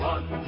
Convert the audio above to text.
One